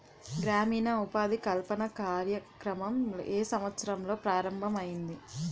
గ్రామీణ ఉపాధి కల్పన కార్యక్రమం ఏ సంవత్సరంలో ప్రారంభం ఐయ్యింది?